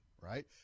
right